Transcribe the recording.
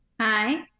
Hi